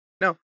no